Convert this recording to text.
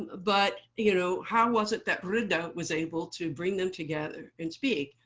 but you know how was it that rida was able to bring them together and speak?